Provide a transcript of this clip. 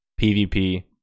PvP